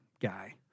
guy